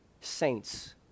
saints